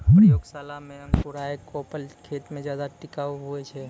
प्रयोगशाला मे अंकुराएल कोपल खेत मे ज्यादा टिकाऊ हुवै छै